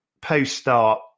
post-start